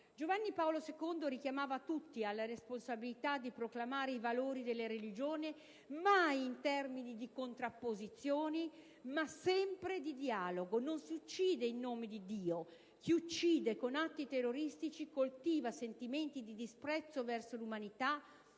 Giovanni Paolo II richiamava tutti alla responsabilità di proclamare i valori delle religioni, mai in termini di contrapposizione, ma sempre di dialogo: «Non si uccide in nome di Dio! Chi uccide con atti terroristici coltiva sentimenti di disprezzo verso l'umanità,